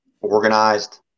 organized